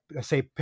say